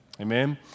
Amen